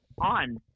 on